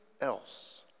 else